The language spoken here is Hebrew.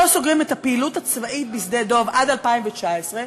סוגרים את הפעילות הצבאית בשדה-דב עד 2019,